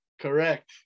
Correct